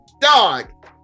Dog